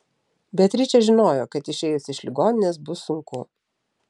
beatričė žinojo kad išėjus iš ligoninės bus sunku